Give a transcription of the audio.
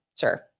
sure